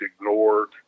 ignored